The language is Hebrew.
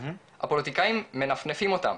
הפוליטיקאים מנפנפים אותם,